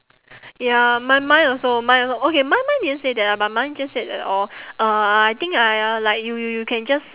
ya mine mine also mine also okay mine mine didn't say that lah but mine just said that oh uh I think I uh like you you can just